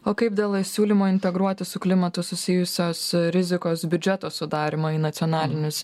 o kaip dėl siūlymo integruoti su klimatu susijusios rizikos biudžeto sudarymą į nacionalinius